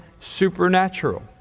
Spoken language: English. supernatural